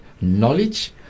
knowledge